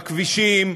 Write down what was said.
בכבישים,